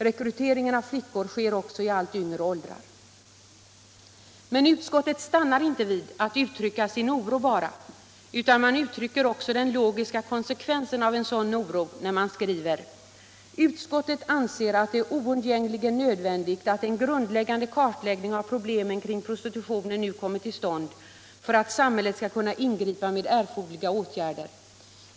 Rekryteringen av flickor sker också i allt vngre åldrar.” Men utskottet stannar inte vid att bara uttrycka sin oro utan man uttrycker också den logiska konsekvensen av en sådan oro när man skriver: ”Utskottet anser att det är oundgängligen nödvändigt att en grundläggande kartläggning av problemen kring prostitutionen nu kommer till stånd för att samhället skall kunna ingripa med erforderliga åtgärder.